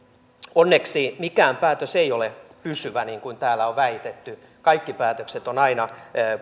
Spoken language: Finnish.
onneksi mikään päätös ei ole pysyvä toisin kuin täällä on väitetty kaikki päätökset ovat aina